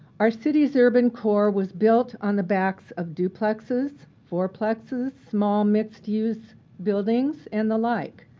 our city's urban core was built on the backs of duplexes, fourplexes, small mixed use buildings, and the like.